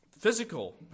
physical